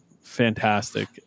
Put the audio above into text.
fantastic